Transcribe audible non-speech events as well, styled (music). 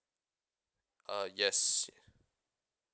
uh yes (noise)